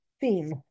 theme